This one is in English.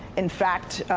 in fact,